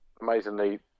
amazingly